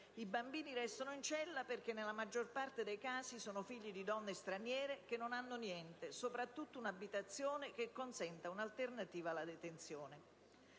I bambini restano in cella perché, nella maggior parte dei casi, sono figli di donne straniere che non hanno niente: soprattutto, non hanno un'abitazione che consenta un'alternativa alla detenzione.